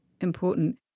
important